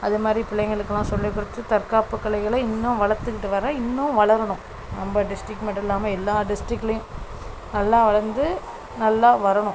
அதேமாதிரி பிள்ளைங்களுக்கு எல்லாம் சொல்லி கொடுத்து தற்காப்பு கலைகளை இன்னும் வளர்த்துக்கிட்டு வரேன் இன்னும் வளரணும் நம்ப டிஸ்ட்ரிக் மட்டும் இல்லாமல் எல்லா டிஸ்ட்ரிக்லையும் நல்லா வளர்ந்து நல்லா வரணும்